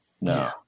No